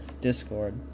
discord